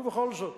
ובכל זאת,